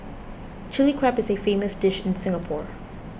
Chilli Crab is a famous dish in Singapore